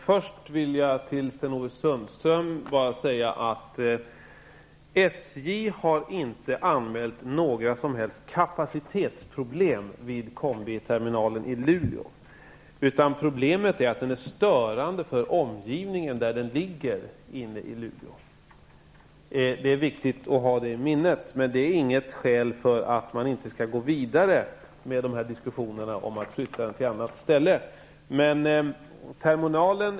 Fru talman! Till Sten-Ove Sundström vill jag först säga att SJ inte har anmält några som helst kapacitetsproblem vid kombiterminalen i Luleå. Problemet är att terminalen är störande för omgivningen, eftersom den är belägen inne i Luleå. Detta är viktigt att hålla i minnet, men det är inte något skäl till att man inte skall gå vidare i diskussionen om att flytta terminalen till ett annat ställe.